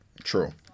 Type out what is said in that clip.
true